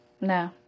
No